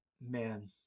man